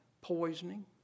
poisoning